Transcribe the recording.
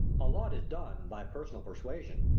a lot is done by personal persuasion.